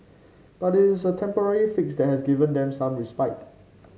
but it is a temporary fix that has given them some respite